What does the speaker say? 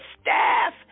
staff